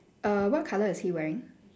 err what colour is he wearing